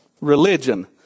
Religion